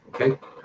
okay